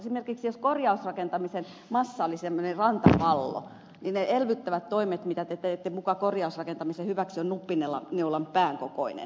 esimerkiksi jos korjausrakentamisen massa olisi semmoinen rantapallo niin ne elvyttävät toimet mitä te teette muka korjausrakentamisen hyväksi ovat nuppineulan pään kokoinen pallo